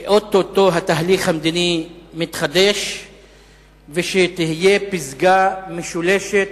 שאו-טו-טו התהליך המדיני מתחדש ותהיה פסגה משולשת,